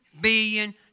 billion